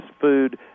food